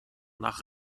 nach